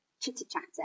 chitter-chatter